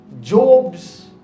Job's